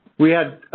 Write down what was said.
we had,